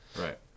Right